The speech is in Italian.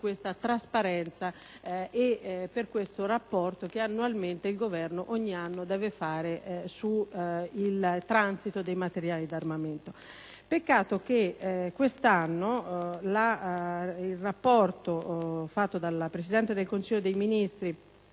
questa trasparenza e per questo rapporto che annualmente il Governo ogni anno deve fare sul transito dei materiali di armamento. Peccato che quest'anno il rapporto fatto dal Presidente del Consiglio dei ministri